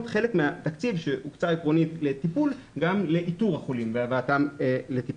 חלק מהתקציב שהוקצה עקרונית לטיפול גם לאיתור החולים והבאתם לטיפול.